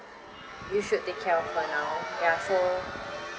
you should take care of her now yeah so